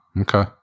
Okay